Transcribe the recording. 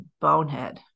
bonehead